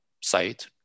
site